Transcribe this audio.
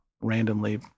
randomly